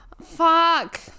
Fuck